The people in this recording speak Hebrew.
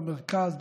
במרכז,